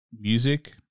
music